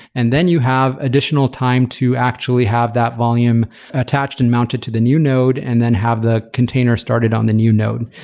and then you have additional time to actually have that volume attached and mounted to the new node and then have the container started on the new node.